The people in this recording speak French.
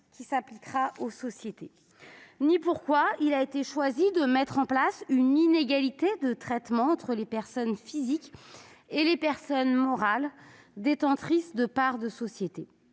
qui s'appliquera aux sociétés, ni pourquoi il a été choisi de mettre en place une inégalité de traitement entre les personnes physiques et les personnes morales détentrices de parts de sociétés.